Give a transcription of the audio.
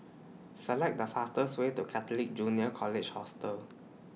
Select The fastest Way to Catholic Junior College Hostel